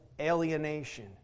Alienation